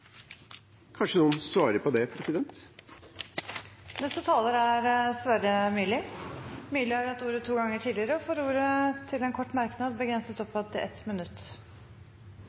Kanskje noen svarer på det? Representanten Sverre Myrli har hatt ordet to ganger tidligere og får ordet til en kort merknad, begrenset til 1 minutt.